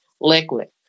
liquid